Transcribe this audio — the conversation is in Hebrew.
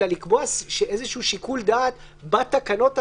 אלא לקבוע איזשהו שיקול דעת בתקנות עצמן,